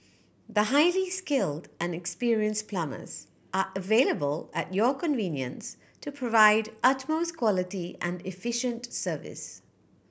the highly skilled and experienced plumbers are available at your convenience to provide utmost quality and efficient service